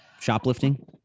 Shoplifting